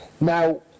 Now